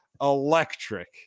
electric